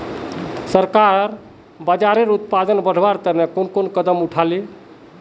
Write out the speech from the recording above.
सरकार बाजरार उत्पादन बढ़वार तने कुन कुन कदम उठा ले